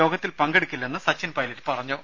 യോഗത്തിൽ പങ്കെടുക്കില്ലെന്ന് സച്ചിൻ പൈലറ്റ് പറഞ്ഞു